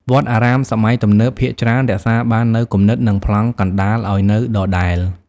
វត្តអារាមសម័យទំនើបភាគច្រើនរក្សាបាននូវគំនិត និងប្លង់កណ្តាលឲ្យនៅដដែល។